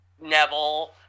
Neville